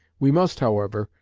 we must, however,